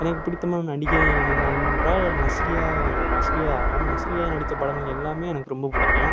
எனக்கு பிடித்தமான நடிகை என்றால் நஸ்ரியா நஸ்ரியா ஆகும் நஸ்ரியா நடித்த படங்கள் எல்லாமே எனக்கு ரொம்ப பிடிக்கும்